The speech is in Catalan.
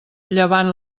llevant